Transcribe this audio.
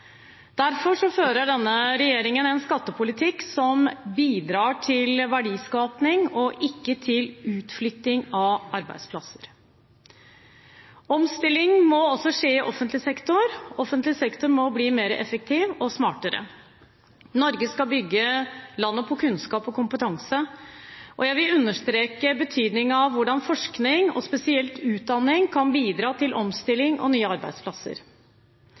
Derfor fører denne regjeringen en skattepolitikk som bidrar til verdiskaping, og ikke til utflytting av arbeidsplasser. Omstilling må også skje i offentlig sektor. Offentlig sektor må bli mer effektiv og smartere. Norge skal bygge landet på kunnskap og kompetanse, og jeg vil understreke betydningen av hvordan forskning, og spesielt utdanning, kan bidra til omstilling og nye arbeidsplasser.